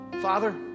Father